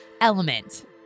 Element